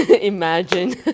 imagine